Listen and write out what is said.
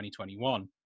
2021